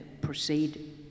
proceed